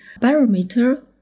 barometer